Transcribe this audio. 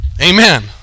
Amen